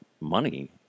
money